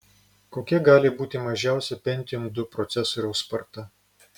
kokia gali būti mažiausia pentium ii procesoriaus sparta